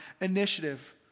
initiative